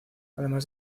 además